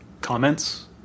comments